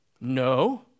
No